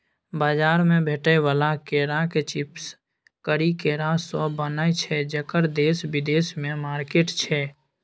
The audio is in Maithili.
बजार मे भेटै बला केराक चिप्स करी केरासँ बनय छै जकर देश बिदेशमे मार्केट छै